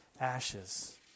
ashes